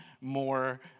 more